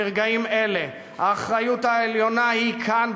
ברגעים אלה האחריות העליונה היא כאן,